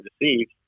deceived